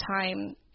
time